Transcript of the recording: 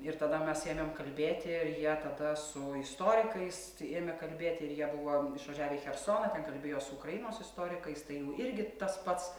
ir tada mes ėmėm kalbėti ir jie tada su istorikais ėmė kalbėti ir jie buvo išvažiavę į chersoną ten kalbėjo su ukrainos istorikais tai jų irgi tas pats